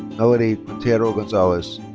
melody quintero gonzalez.